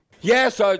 Yes